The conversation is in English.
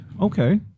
Okay